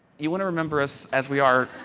you want to remember us as we are,